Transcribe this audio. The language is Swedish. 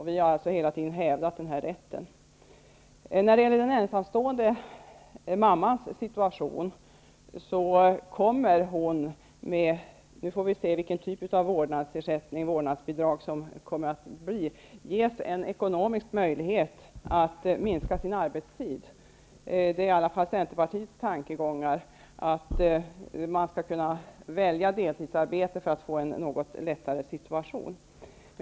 Vi har hela tiden hävdat den rätten. Vi får se vilken typ av vårdnadsersättning/vårdnadsbidrag som kommer att bli aktuell. Men den ensamstående mamman kommer därigenom att ges en ekonomisk möjlighet att minska sin arbetstid. Det är i alla fall Centerpartiets tanke att man skall kunna välja deltidsarbete för att få en något lättare situation.